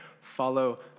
follow